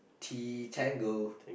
T tango